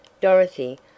Dorothy